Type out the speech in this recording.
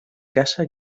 casa